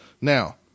Now